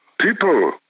people